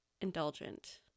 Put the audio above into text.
indulgent